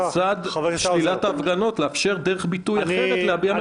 לצד שלילת ההפגנות צריך לאפשר דרך ביטוי אחרת להביע מחאה.